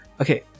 Okay